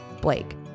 Blake